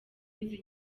izi